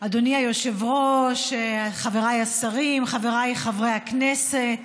אדוני היושב-ראש, חבריי השרים, חבריי חברי הכנסת,